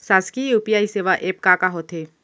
शासकीय यू.पी.आई सेवा एप का का होथे?